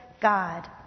God